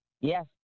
Yes